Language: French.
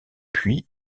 puits